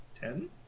Ten